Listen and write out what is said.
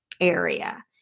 Area